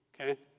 okay